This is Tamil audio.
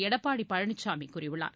எடப்பாடி பழனிசாமி கூறியுள்ளார்